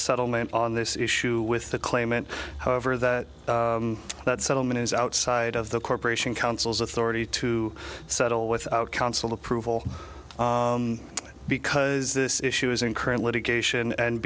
settlement on this issue with the claimant however that that settlement is outside of the corporation counsel's authority to settle with council approval because this issue is in current litigation and